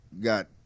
got